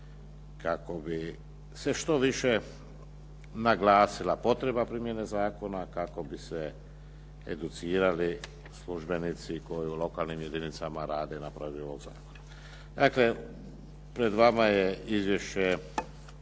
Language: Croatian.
kako bi se što više naglasila potreba primjene zakona, kako bi se educirali službenici koji u lokalnim jedinicama rade na provedbi ovog zakona. Dakle, pred vama je izvješće